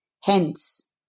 Hence